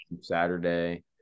Saturday